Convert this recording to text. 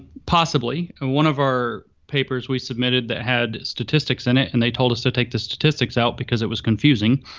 possibly. one of our papers we submitted that had statistics in it and they told us to take the statistics out because it was confusing.